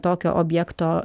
tokio objekto